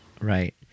Right